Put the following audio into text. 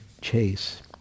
Chase